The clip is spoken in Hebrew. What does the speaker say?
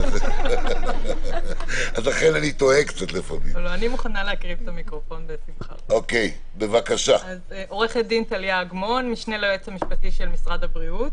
אני רק אציג בכמה מילים את הקונספט של הצעת החוק.